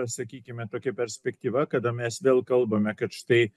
sakykime tokia perspektyva kada mes vėl kalbame kad štai